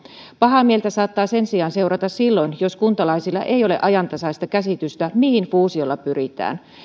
pahaa mieltä saattaa sen sijaan seurata silloin jos kuntalaisilla ei ole ajantasaista käsitystä siitä mihin fuusiolla pyritään